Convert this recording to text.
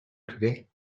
today